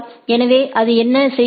எனவே அது என்ன செய்கிறது